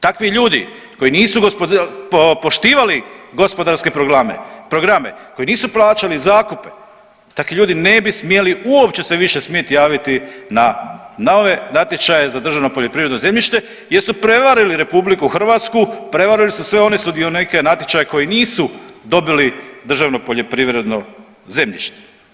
Takvi ljudi koji nisu poštivali gospodarske programe, koji nisu plaćali zakupe, takvi ljudi ne bi smjeli uopće se više smjet javiti na ove natječaje za državno poljoprivredno zemljište jer su prevarili RH, prevarili su sve one sudionike natječaja koji nisu dobili državno poljoprivredno zemljište.